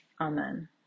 Amen